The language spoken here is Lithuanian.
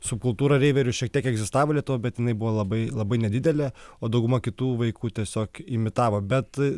subkultūra reiverių šiek tiek egzistavo lietuvoje bet jinai buvo labai labai nedidelė o dauguma kitų vaikų tiesiog imitavo bet